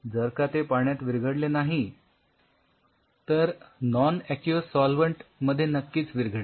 जर का ते पाण्यात विरघडले नाही तर नॉन अक्यूएस सॉल्व्हन्ट मध्ये नक्कीच विरघळेल